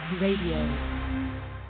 Radio